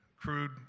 crude